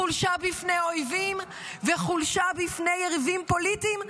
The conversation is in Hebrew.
חולשה בפני אויבים וחולשה בפני יריבים פוליטיים?